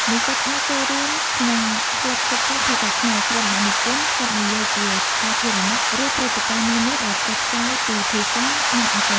និស្សិតអាចចូលរួមក្នុងក្លឹបសិក្សាភាសាខ្មែរ ក្លឹបអ្នកនិពន្ធ ក្លឹបនិយាយជាសាធារណៈ ឬព្រឹត្តិការណ៍នានាដែលផ្សព្វផ្សាយពីភាសា និងអក្សរសាស្ត្រខ្មែរ។